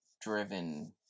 driven